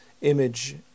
image